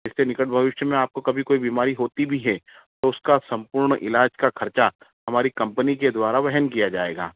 जिससे निकट भविष्य में आपको कभी कोई बीमारी होती भी है तो उसका संपूर्ण इलाज का खर्चा हमारी कंपनी के द्वारा वहन किया जाएगा